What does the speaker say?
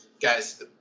Guys